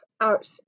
out